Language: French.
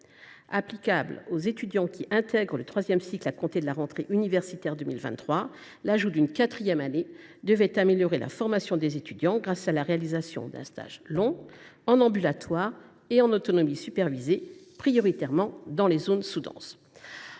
Applicable aux étudiants intégrant le troisième cycle à compter de la rentrée universitaire 2023, l’ajout d’une quatrième année devait améliorer la formation des étudiants grâce à la réalisation d’un stage long, en ambulatoire et en autonomie supervisée, prioritairement dans les zones sous denses.